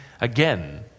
again